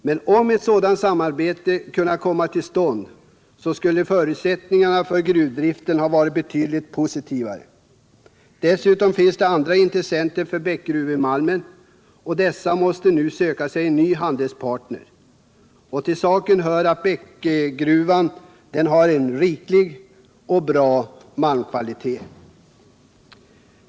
Men om ett sådant samarbete kunnat komma till stånd, skulle förutsättningarna för gruvdriften ha varit betydligt mera positiva. Dessutom finns andra intressenter för Bäckegruvemalmen. Dessa måste nu söka sig en ny handelspartner. Till saken hör att Bäckegruvan har en riklig och bra malmkvalitet.